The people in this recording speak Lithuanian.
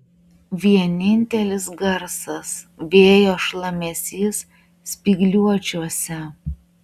vienintelis garsas vėjo šlamesys spygliuočiuose